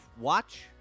watch